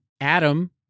Adam